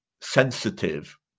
sensitive